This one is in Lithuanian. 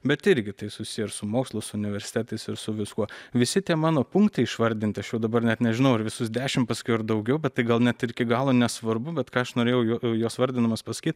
bet irgi tai susiję ir su mokslu su universitetais ir su viskuo visi tie mano punktai išvardinti aš jau dabar net nežinau ar visus dešimt pasakiau ir daugiau bet tai gal net ir iki galo nesvarbu bet ką aš norėjau juo juos vardindamas pasakyt